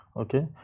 okay